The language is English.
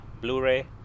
Blu-ray